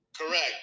Correct